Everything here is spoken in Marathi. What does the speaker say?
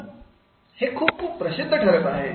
हे खूप खूप प्रसिद्ध ठरत आहे